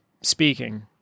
speaking